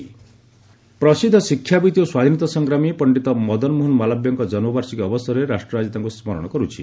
ମାଲବ୍ୟ ପ୍ରସିଦ୍ଧ ଶିକ୍ଷାବିତ୍ ଓ ସ୍ୱାଧୀନତା ସଂଗ୍ରାମୀ ପଣ୍ଡିତ ମଦମୋହନ ମାଲବ୍ୟଙ୍କ ଜନ୍କ ବାର୍ଷିକୀ ଅବସରରେ ରାଷ୍ଟ୍ର ଆଜି ତାଙ୍କୁ ସ୍କରଣ କରୁଛି